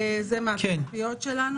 זה מהתצפיות שלנו.